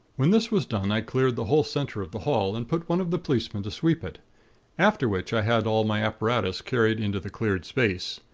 when this was done, i cleared the whole center of the hall, and put one of the policemen to sweep it after which i had all my apparatus carried into the cleared space.